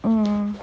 mm